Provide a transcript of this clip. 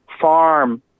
farm